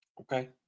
Okay